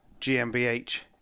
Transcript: gmbh